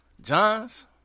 Johns